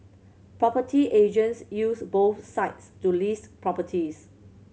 property agents use both sites to list properties